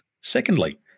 Secondly